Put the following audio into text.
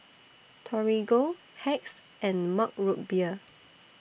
Torigo Hacks and Mug Root Beer